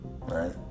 right